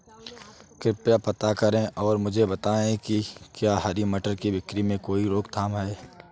कृपया पता करें और मुझे बताएं कि क्या हरी मटर की बिक्री में कोई रोकथाम है?